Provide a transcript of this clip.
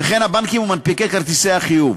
וכן הבנקים ומנפיקי כרטיסי החיוב.